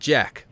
Jack